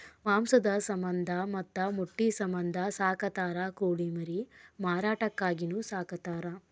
ಮಾಂಸದ ಸಮಂದ ಮತ್ತ ಮೊಟ್ಟಿ ಸಮಂದ ಸಾಕತಾರ ಕೋಳಿ ಮರಿ ಮಾರಾಟಕ್ಕಾಗಿನು ಸಾಕತಾರ